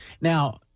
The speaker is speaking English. Now